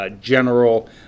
general